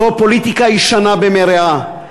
זאת פוליטיקה ישנה ומרעה.